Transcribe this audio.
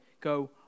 go